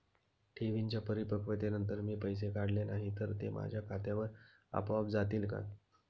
ठेवींच्या परिपक्वतेनंतर मी पैसे काढले नाही तर ते माझ्या खात्यावर आपोआप जातील का?